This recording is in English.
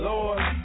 Lord